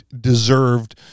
deserved